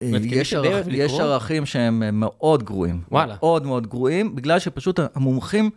יש ערכים שהם מאוד גרועים, וואלה, מאוד מאוד גרועים בגלל שפשוט המומחים...